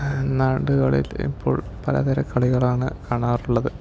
നാടുകളിൽ ഇപ്പോൾ പലതരം കളികളാണ് കാണാറുള്ളത്